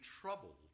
troubled